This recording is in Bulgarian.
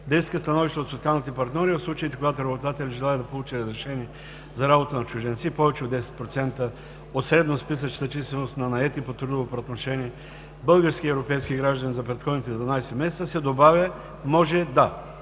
иска становища от социалните партньори в случаите, когато работодателят желае да получи разрешение за работа на чужденци повече от 10% от средносписъчната численост на наети по трудово правоотношение български и европейски граждани за предходните 12 месеца, се добавя „може да“.